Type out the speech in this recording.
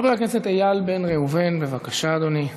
חבר הכנסת איל בן ראובן, בבקשה, אדוני.